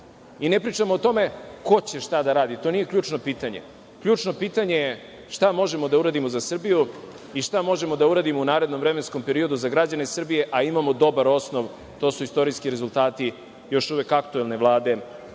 i ne pričamo o tome ko će šta da radi, to nije ključno pitanje. Ključno pitanje je šta možemo da uradimo za Srbiju i šta možemo da uradimo u narednom vremenskom periodu za građane Srbije, a imamo dobar osnov, to su istorijski rezultati još uvek aktuelne Vlade